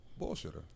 Bullshitter